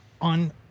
on